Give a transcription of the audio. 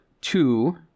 two